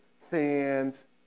fans